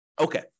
Okay